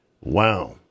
Wow